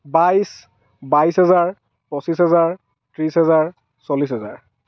বাইছ বাইছ হাজাৰ পঁচিছ হাজাৰ ত্ৰিছ হাজাৰ চল্লিছ হাজাৰ